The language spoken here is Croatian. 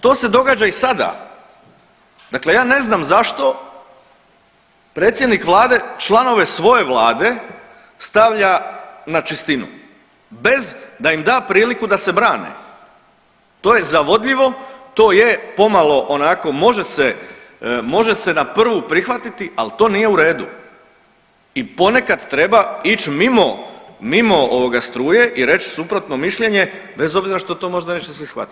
To se događa i sada, dakle ja ne znam zašto predsjednik vlade članove svoje vlade stavlja na čistinu bez da im da priliku da se brane, to je zavodljivo, to je pomalo onako može se, može se na prvu prihvatiti, al to nije u redu i ponekad treba ić mimo, mimo ovoga struje i reć suprotno mišljenje bez obzira što to možda neće se shvatiti.